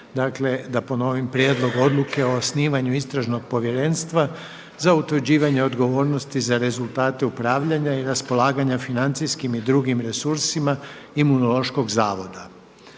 Sljedeća točka je Prijedlog odluke o osnivanju Istražnog povjerenstva za utvrđivanje odgovornosti za rezultate upravljanja i raspolaganja financijskim i drugim resursima Imunološkog zavoda.